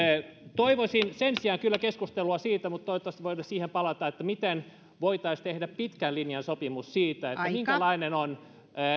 toivoisin sen sijaan kyllä keskustelua siitä ja toivottavasti voidaan siihen palata miten voitaisiin tehdä pitkän linjan sopimus siitä minkälainen on